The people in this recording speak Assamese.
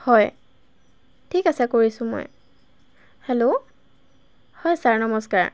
হয় ঠিক আছে কৰিছোঁ মই হেল্ল' হয় ছাৰ নমস্কাৰ